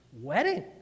wedding